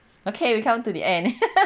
okay we come to the end